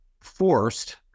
forced